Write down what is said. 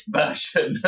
version